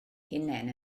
hunain